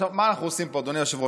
מה אנחנו עושים פה, אדוני היושב-ראש?